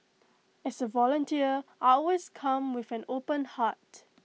as A volunteer I always come with an open heart